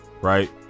right